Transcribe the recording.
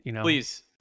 Please